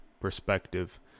perspective